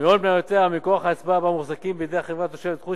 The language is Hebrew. מהון מניותיה ומכוח ההצבעה בה מוחזקים בידי חברה תושבת חוץ